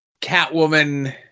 Catwoman